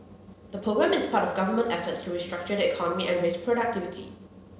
the programme is part of government efforts to restructure the economy and raise productivity